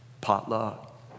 potluck